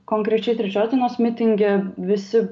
konkrečiai trečios dienos mitinge visi